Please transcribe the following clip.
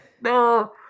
No